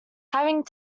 having